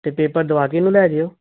ਅਤੇ ਪੇਪਰ ਦਵਾ ਕੇ ਇਹਨੂੰ ਲੈ ਜਾਇਓ